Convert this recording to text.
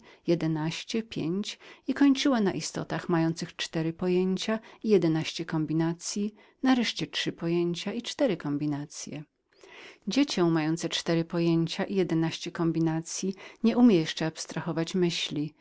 jedenaście pięć i nareszcie kończyła na istotach mających cztery pojęcia i sześć kombinacyi nareszcie trzy pojęcia i cztery kombinacye dziecie mające cztery pojęcia i sześć kombinacyi nie umie jeszcze odrywać myśli